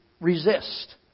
resist